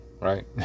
right